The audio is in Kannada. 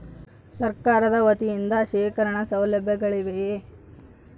ಸರಕಾರದ ವತಿಯಿಂದ ಶೇಖರಣ ಸೌಲಭ್ಯಗಳಿವೆಯೇ?